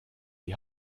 die